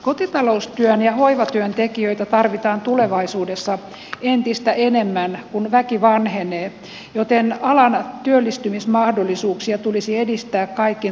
kotitaloustyön ja hoivatyön tekijöitä tarvitaan tulevaisuudessa entistä enemmän kun väki vanhenee joten alan työllistymismahdollisuuksia tulisi edistää kaikin mahdollisin keinoin